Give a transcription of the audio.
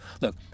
Look